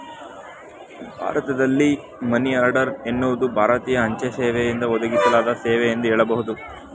ಭಾರತದಲ್ಲಿ money order ಎನ್ನುವುದು ಭಾರತೀಯ ಅಂಚೆ ಸೇವೆಯಿಂದ ಒದಗಿಸಲಾದ ಸೇವೆ ಎಂದು ಹೇಳಬಹುದು